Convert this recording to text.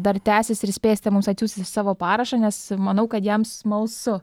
dar tęsis ir spėsite mums atsiųsti savo parašą nes manau kad jam smalsu